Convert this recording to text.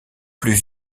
plus